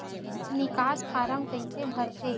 निकास फारम कइसे भरथे?